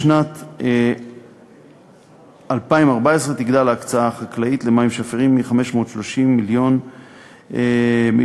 בשנת 2014 תגדל ההקצאה החקלאית למים שפירים מ-530 מיליון מילימטר,